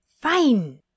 Fine